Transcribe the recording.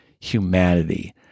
humanity